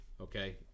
okay